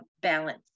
balance